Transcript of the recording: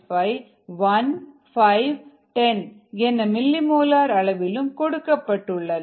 5 1 510 என மில்லிமோலர் அளவிலும் கொடுக்கப்பட்டுள்ளன